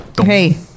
Hey